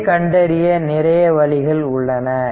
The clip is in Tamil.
இதனைக் கண்டறிய நிறைய வழிகள் உள்ளன